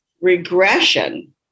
regression